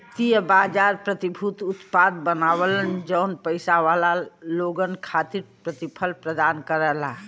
वित्तीय बाजार प्रतिभूति उत्पाद बनावलन जौन पइसा वाला लोगन खातिर प्रतिफल प्रदान करला